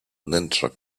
wnętrza